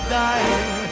dying